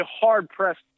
hard-pressed